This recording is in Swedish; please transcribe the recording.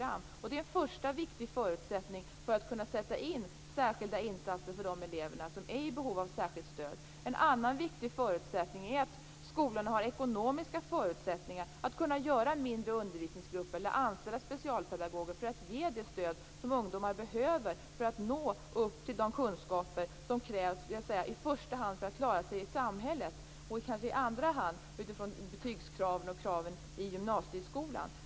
Det är en första viktig förutsättning för att sätta in särskilda insatser för de elever som är i behov av särskilt stöd. En annan viktig förutsättning är att skolorna har ekonomiska förutsättningar att göra mindre undervisningsgrupper eller anställa specialpedagoger för att ge det stöd som ungdomar behöver för att nå upp till de kunskaper som krävs i första hand för att klara sig i samhället och i andra hand för att klara betygskraven och kraven i gymnasieskolan.